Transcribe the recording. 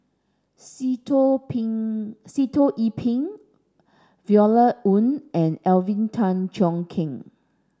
Sitoh Pin Sitoh Yih Pin Violet Oon and Alvin Tan Cheong Kheng